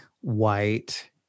white